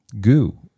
goo